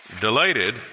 delighted